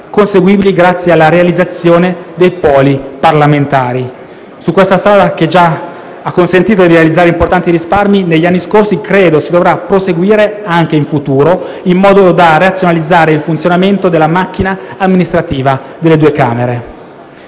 conseguibili grazie alla realizzazione dei poli parlamentari. Su questa strada, che già ha consentito di realizzare importanti risparmi negli anni scorsi, credo si dovrà proseguire anche in futuro, in modo da razionalizzare il funzionamento della macchina amministrativa delle due Camere.